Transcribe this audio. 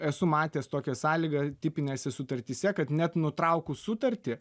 esu matęs tokią sąlygą tipinėse sutartyse kad net nutraukus sutartį